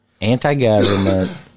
anti-government